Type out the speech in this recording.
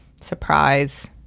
surprise